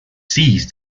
seized